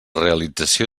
realització